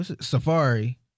Safari